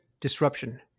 disruption